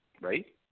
right